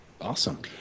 Awesome